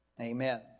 Amen